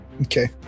Okay